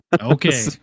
Okay